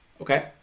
okay